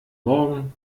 morgen